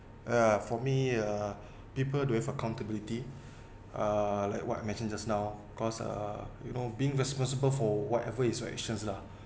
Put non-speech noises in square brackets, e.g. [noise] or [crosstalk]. uh for me uh [breath] people do not have accountability uh like what I mentioned just now cause uh you know being responsible for whatever is right action lah